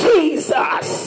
Jesus